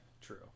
True